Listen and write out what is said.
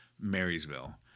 Marysville